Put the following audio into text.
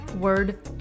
word